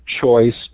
choice